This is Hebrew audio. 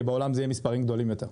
כי בעולם זה יהיה מספרים גדולים יותר.